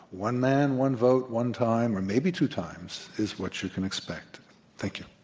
one man, one vote, one time or maybe two times is what you can expect thank you.